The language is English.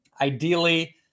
ideally